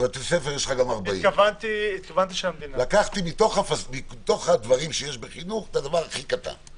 בבתי ספר יש לך גם 40. לקחתי מהדברים שיש בחינוך את הדבר הכי קטן.